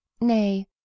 Nay